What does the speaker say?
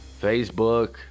Facebook